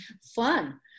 fun